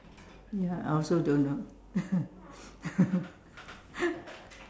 ya I also don't know